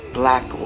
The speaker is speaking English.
black